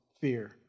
fear